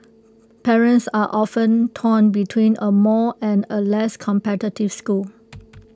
parents are often torn between A more and A less competitive school